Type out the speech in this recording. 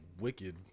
wicked